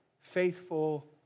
faithful